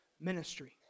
ministry